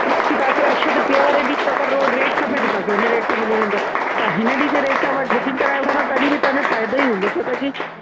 बाक़ी तव्हां खे अक्षय तृतीया वारे ॾींहुं अगरि रोट रेट खपे त तव्हां खे उन रेट मिली वेंदो तव्हां हिन ॾींहं जे रेट सां बुकिंग कराए वठंदा तॾहिं बि तव्हां जो फ़ाइदो ई हूंदो छो त कि